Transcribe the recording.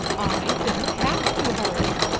i don't have to hurry,